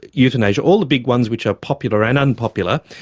euthanasia all the big ones which are popular and unpopular.